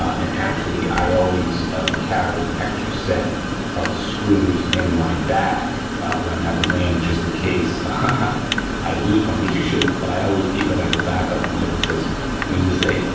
and actually, i always carry an extra set of screws in my bag when i'm at the range just in case i i lose one, which you shouldn't, but i always keep it as a backup and look it says, what's it say?